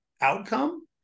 outcome